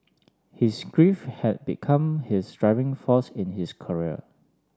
his grief had become his driving force in his career